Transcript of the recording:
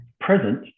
present